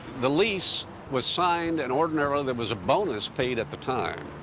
the lease was signed and ordinarily there was a bonus paid at the time.